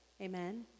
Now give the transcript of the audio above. Amen